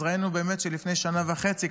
אז ראינו באמת שלפני שנה וחצי,